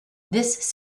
this